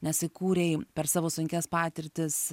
nes įkūrei per savo sunkias patirtis